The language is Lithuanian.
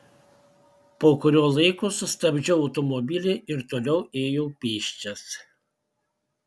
po kurio laiko sustabdžiau automobilį ir toliau ėjau pėsčias